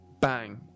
bang